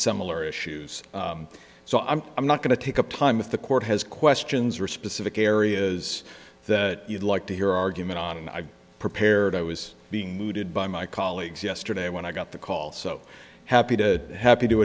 similar issues so i'm i'm not going to take up time if the court has questions or specific areas that you'd like to hear argument on and i prepared i was being mooted by my colleagues yesterday when i got the call so happy to happy to